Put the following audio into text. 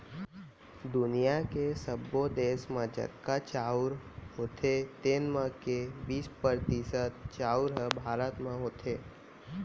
दुनियॉ के सब्बो देस म जतका चाँउर होथे तेन म के बीस परतिसत चाउर ह भारत म होथे